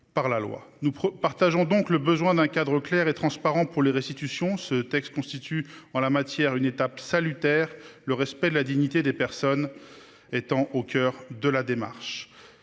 Nous partageons donc le besoin d'un cadre clair et transparent pour les restitutions. Ce texte constitue en la matière une étape salutaire, le respect de la dignité des personnes étant au coeur de la démarche.